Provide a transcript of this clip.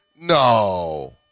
No